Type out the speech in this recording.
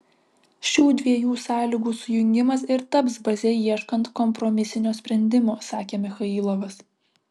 šių dviejų sąlygų sujungimas ir taps baze ieškant kompromisinio sprendimo sakė michailovas